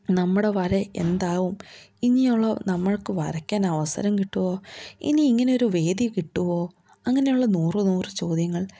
നമ്മുടെ വരെ എന്താകും ഇനിയുള്ള നമുക്ക് വരക്കാനവസരം കിട്ടുമോ ഇനി ഇങ്ങനൊരു വേദി കിട്ടുമോ അങ്ങനെയുള്ള നൂറ് നൂറ് ചോദ്യങ്ങൾ